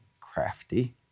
crafty